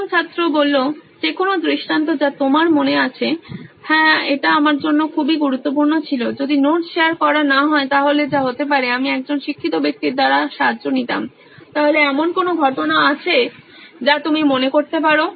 প্রথম ছাত্র যে কোনো দৃষ্টান্ত যা তোমার মনে আছে হ্যাঁ এটি আমার জন্য খুবই গুরুত্বপূর্ণ ছিল যদি নোট শেয়ার করা না হয় তাহলে যা হতে পারে আমি একজন শিক্ষিত ব্যক্তির দ্বারা সাহায্য নিতাম তাহলে এমন কোনো ঘটনা আছে যা তুমি মনে করতে পারো